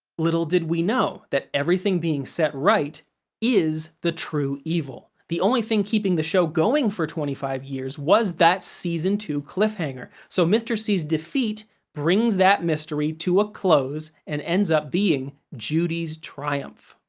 little did we know that everything being set right is the true evil. the only thing keeping the show going for twenty five years was that season two cliffhanger, so mr. c's defeat brings that mystery to a close and ends up being judy's triumph.